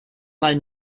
mal